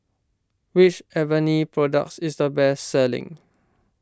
which Avene product is the best selling